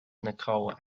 nicole